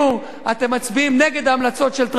אתם מצביעים נגד ההמלצות של טרכטנברג.